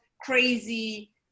Crazy